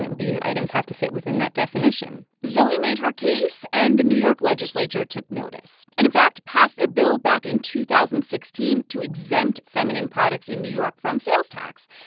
these items have to fit within that definition zoe made her case, and the new york legislature took notice and, in fact, passed a bill back in two thousand and sixteen to exempt feminine products in new york from sales tax.